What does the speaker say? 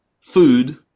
food